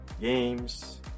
games